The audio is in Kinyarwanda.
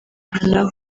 nabo